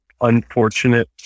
unfortunate